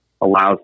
allows